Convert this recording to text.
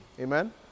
Amen